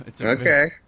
Okay